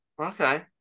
Okay